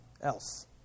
else